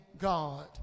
God